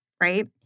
right